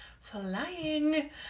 flying